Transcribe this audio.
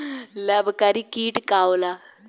लाभकारी कीट का होला?